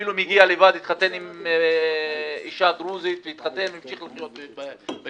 אפילו מי שהגיע לבד התחתן עם אישה דרוזית והמשיך לחיות ביישובים,